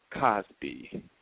Cosby